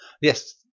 Yes